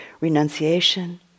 renunciation